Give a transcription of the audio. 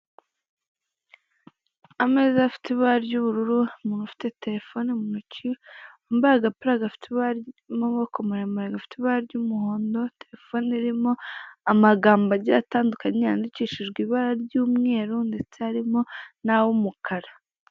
Ameza afite ibara ry'ubururu, umuntu ufite terefone mu ntoki wambaye agapira gafite amaboko maremare gafite ibara ry'umuhondo terefone irimo amagambo agiye atandukanye yandikishijwe ibara ry'umweru ndetse harimo n'ah'umukara.